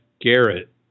Garrett